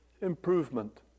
improvement